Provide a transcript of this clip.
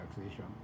taxation